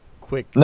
quick